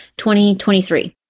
2023